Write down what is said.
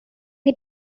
সেই